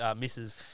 misses